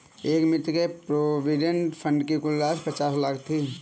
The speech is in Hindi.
मेरे मित्र के प्रोविडेंट फण्ड की कुल राशि पचास लाख थी